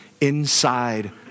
inside